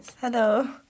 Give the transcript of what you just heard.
Hello